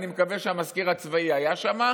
אני מקווה שהמזכיר הצבאי היה שם,